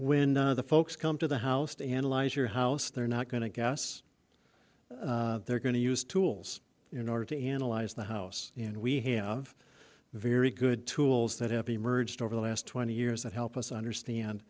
when the folks come to the house to analyze your house they're not going to guess they're going to use tools in order to analyze the house and we have very good tools that have emerged over the last twenty years that help us understand